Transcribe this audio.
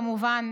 כמובן,